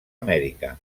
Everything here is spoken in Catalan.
amèrica